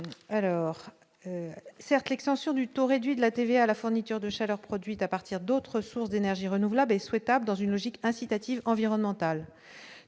Alors. Certes, l'extension du taux réduit de la TVA la fourniture de chaleur produite à partir d'autres sources d'énergie renouvelables et souhaitable dans une logique incitative environnementale,